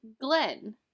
Glenn